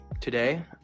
today